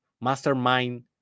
Mastermind